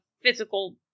physical